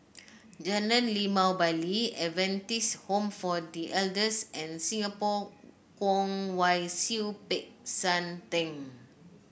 Jalan Limau Bali Adventist Home for The Elders and Singapore Kwong Wai Siew Peck San Theng